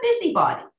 busybody